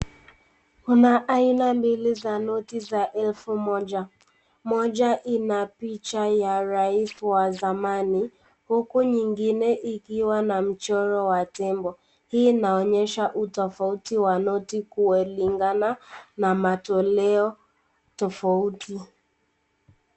Kuna aina mbili za noti za elfu moja, moja ina picha ya rais wa zamani, huku nyingine ikiwa na mchoro wa tembo. Hii inaonyesha utofauti wa noti kulingana na matoleo tofauti.